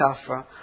suffer